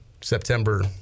September